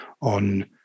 on